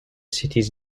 cities